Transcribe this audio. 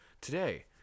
today